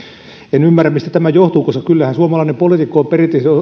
en ymmärrä mistä tämä johtuu koska kyllähän suomalainen poliitikko on